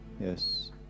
Yes